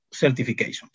certifications